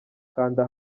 kanda